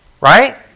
Right